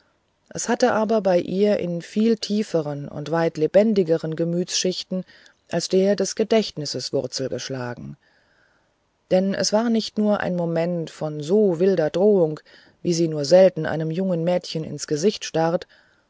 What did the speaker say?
es hatte aber bei ihr in viel tieferen und weit lebendigeren gemütsschichten als der des gedächtnisses wurzeln geschlagen denn es war nicht nur ein moment von so wilder drohung wie sie nur selten einem jungen mädchen ins gesicht starrt